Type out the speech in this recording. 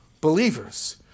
believers